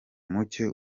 muke